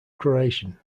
croatian